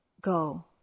go